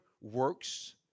works